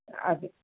അത്